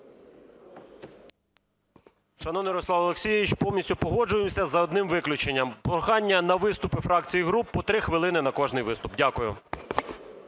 Шановний Руслан Олексійович, повністю погоджуємося, за одним виключенням, прохання на виступи фракцій і груп по 3 хвилин на кожний виступ. Дякую.